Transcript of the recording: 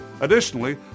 Additionally